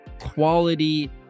quality